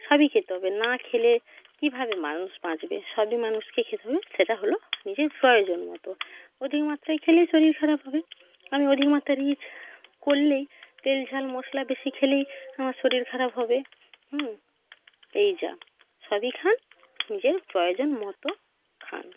সবই খেতে হবে না খেলে কীভাবে মানুষ বাঁচবে সবই মানুষকে খেতে হবে সেটা হলো নিজের প্রয়োজন মতো অধিক মাত্রায় খেলেই শরীর খারাপ হবে আমি অধিক মাত্রা রিচ করলেই তেল ঝাল মশলা বেশি খেলেই আমার শরীর খারাপ হবে হুম এই যা সবই খান নিজের প্রয়োজন মতো খান